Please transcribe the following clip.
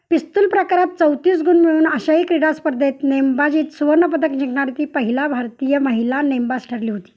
पिस्तुल प्रकारात चौतीस गुण मिळून आशाई क्रीडास्पर्धेत नेमबाजीत सुवर्णपदक जिंकणारी पहिला भारतीय महिला नेमबाज ठरली होती